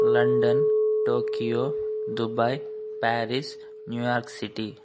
London Tokyo Dubai Paris New York city